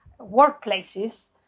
workplaces